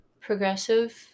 progressive